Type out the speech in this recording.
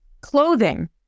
Clothing